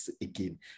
again